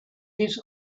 his